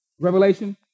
Revelation